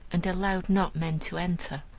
and allowed not men to enter.